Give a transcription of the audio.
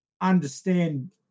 understand